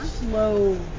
slow